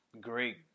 Great